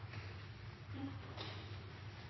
Ja.